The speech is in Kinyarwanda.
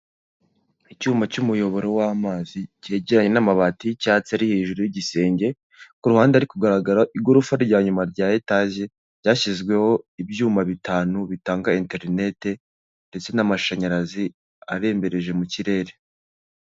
Icyuma cy'umuyoboro w'amazi cyegeranye n'amabati y'icyatsi ari hejuru y'igisenge ku ruhande hari kugaragara igorofa ryanyuma rya etaje cyashizweho ibyuma bitanu bitanga interinete ndetse n'amashanyarazi abembereje mu kirere.